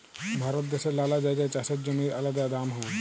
ভারত দ্যাশের লালা জাগায় চাষের জমির আলাদা দাম হ্যয়